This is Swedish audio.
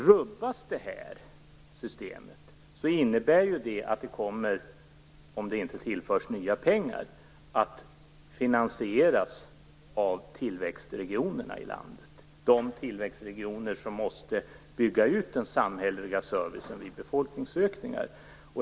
Rubbas det här systemet kommer, om nya pengar inte tillförs, detta att finansieras av landets tillväxtregioner - tillväxtregioner som måste bygga ut den samhälleliga servicen vid befolkningsökningar.